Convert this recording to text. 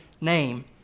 name